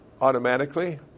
automatically